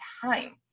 time